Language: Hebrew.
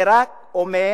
(בעברית: